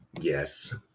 Yes